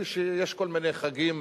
כפי שיש כל מיני חגים